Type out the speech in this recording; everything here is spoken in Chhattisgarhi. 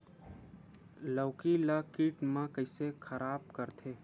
लौकी ला कीट मन कइसे खराब करथे?